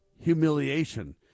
humiliation